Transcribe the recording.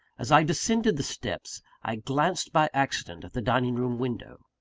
as i descended the steps, i glanced by accident at the dining-room window.